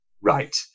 right